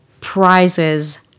prizes